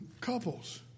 couples